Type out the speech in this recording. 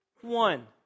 one